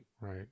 right